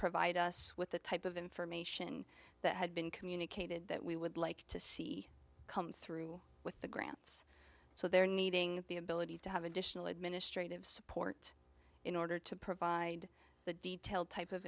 provide us with the type of information that had been communicated that we would like to see come through with the grants so they're needing the ability to have additional administrative support in order to provide the detail type of